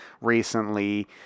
recently